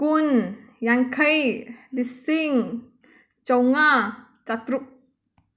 ꯀꯨꯟ ꯌꯥꯡꯈꯩ ꯂꯤꯁꯤꯡ ꯆꯥꯝꯉꯥ ꯆꯥꯇ꯭ꯔꯨꯛ